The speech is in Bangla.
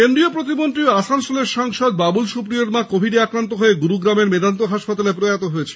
কেন্দ্রীয় প্রতিমন্ত্রী ও আসানসোলের সাংসদ বাবুল সুপ্রিয়র মা কোভিডে আক্রান্ত হয়ে গুরুগ্রামের মেদান্ত হাসপাতালে প্রয়াত হয়েছেন